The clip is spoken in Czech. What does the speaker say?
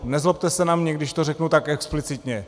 Nezlobte se na mne, když to řeknu tak explicitně.